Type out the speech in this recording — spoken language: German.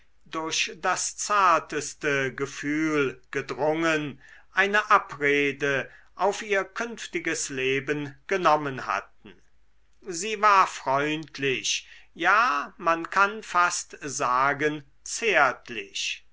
durch das zarteste gefühl gedrungen eine abrede auf ihr künftiges leben genommen hatten sie war freundlich ja man kann fast sagen zärtlich